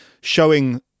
showing